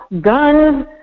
guns